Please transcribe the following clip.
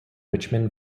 richmond